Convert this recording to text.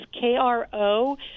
K-R-O